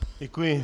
Děkuji.